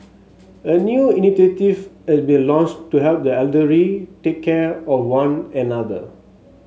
a new initiative has been launched to help the elderly take care of one another